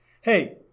Hey